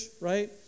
right